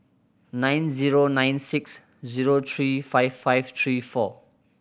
nine zero nine six zero three five five three four